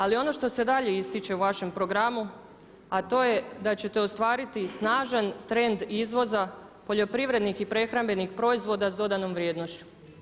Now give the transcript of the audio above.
Ali ono što se dalje ističe u vašem programu, a to je da ćete ostvariti i snažan trend izvoza poljoprivrednih i prehrambenih proizvoda s dodanom vrijednošću.